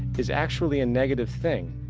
is actually a negative thing.